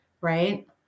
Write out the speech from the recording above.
Right